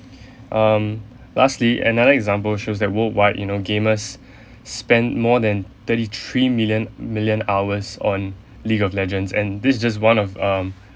um lastly another example shows that worldwide you know gamers spent more than thirty three million million hours on league of legends and this just one of um